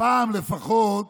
פעם לפחות